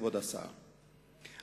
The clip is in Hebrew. כבוד השר,